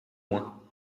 moins